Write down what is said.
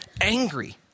Angry